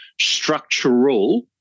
structural